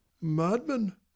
madman